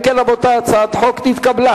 אם כן, רבותי, הצעת החוק נתקבלה.